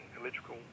electrical